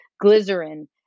glycerin